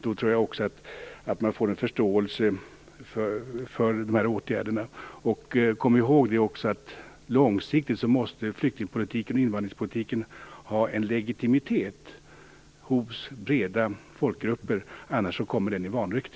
Då tror jag också att man får en förståelse för dessa åtgärder. Låt oss också komma ihåg att flykting och invandringspolitiken långsiktigt måste ha en legitimitet hos breda folkgrupper, annars kommer den i vanrykte.